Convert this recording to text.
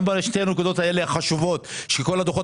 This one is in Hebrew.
גם בשתי הנקודות האלה החשובות שכל הדוחות